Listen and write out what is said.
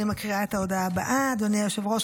אני מקריאה את ההודעה הבאה: אדוני היושב-ראש,